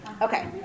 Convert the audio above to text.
Okay